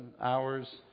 hours